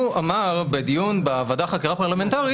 הוא אמר בדיון בוועדת החקירה הפרלמנטרית,